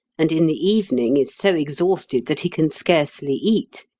and in the evening is so exhausted that he can scarcely eat.